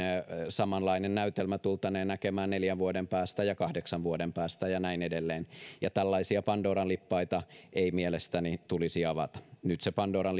samanlainen näytelmä tultaneen näkemään neljän vuoden päästä ja kahdeksan vuoden päästä ja näin edelleen ja tällaisia pandoran lippaita ei mielestäni tulisi avata nyt se pandoran